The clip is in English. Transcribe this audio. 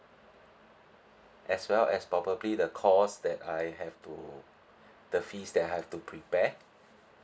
as well as probably the cost that I have to the fees that I have to prepare